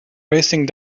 racing